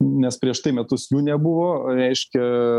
nes prieš tai metus jų nebuvo reiškia